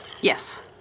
Yes